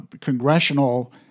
congressional